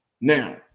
Now